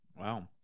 Wow